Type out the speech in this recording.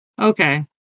Okay